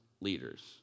leaders